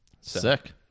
sick